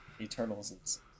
Eternals